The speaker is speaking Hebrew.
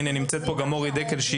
הנה נמצאת פה גם אורי דקל,